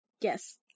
Yes